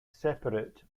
separate